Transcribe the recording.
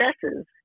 successes